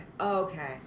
okay